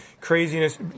Craziness